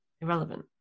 irrelevant